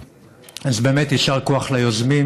אז באמת יישר כוח ליוזמים,